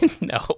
No